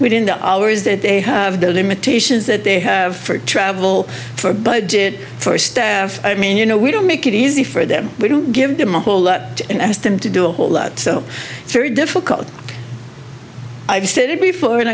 within the hours that they have their limitations that they have for travel for budget for staff i mean you know we don't make it easy for them we don't give them a whole lot and ask them to do a whole lot so it's very difficult i've said it before and